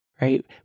right